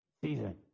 season